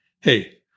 hey